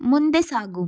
ಮುಂದೆ ಸಾಗು